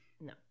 No